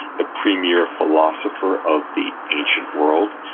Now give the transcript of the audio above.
the premier philosopher of the ancient world.